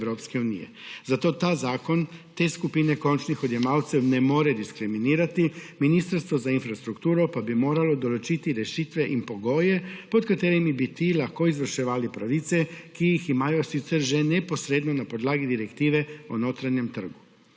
Zato ta zakon te skupine končnih odjemalcev ne more diskriminirati, Ministrstvo za infrastrukturo pa bi moralo določiti rešitve in pogoje, pod katerimi bi ti lahko izvrševali pravice, ki jih imajo sicer že neposredno na podlagi Direktive o storitvah